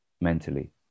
mentally